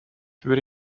würde